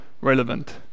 relevant